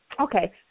Okay